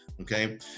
okay